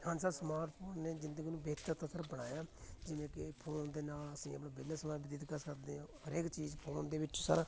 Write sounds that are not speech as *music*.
ਹਾਂਜੀ sir smartphone ਨੇ ਜ਼ਿੰਦਗੀ ਨੂੰ ਬਿਹਤਰ ਤਾਂ ਸਰ ਬਣਾਇਆ ਜਿਵੇਂ ਕਿ ਫੋਨ ਦੇ ਨਾਲ ਅਸੀਂ ਆਪਣੇ ਬਿਜਨਸ ਨਾਲ *unintelligible* ਕਰ ਸਕਦੇ ਹਾਂ ਹਰੇਕ ਚੀਜ਼ ਫੋਨ ਦੇ ਵਿੱਚ ਸਰ